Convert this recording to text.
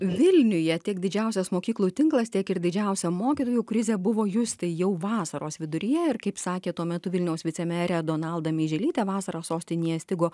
vilniuje tiek didžiausias mokyklų tinklas tiek ir didžiausią mokytojų krizę buvo justi jau vasaros viduryje ir kaip sakė tuo metu vilniaus vicemerė donalda meiželytė vasarą sostinėje stigo